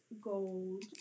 gold